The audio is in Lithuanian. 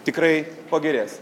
tikrai pagerės